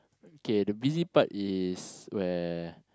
okay the busy part is where